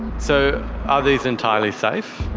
so are these entirely safe?